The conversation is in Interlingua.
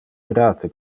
irate